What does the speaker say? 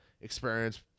Experience